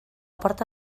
porta